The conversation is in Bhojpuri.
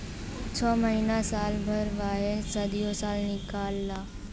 छ महीना साल भर वाहे सदीयो साल निकाल ला